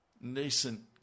nascent